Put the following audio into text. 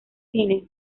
cine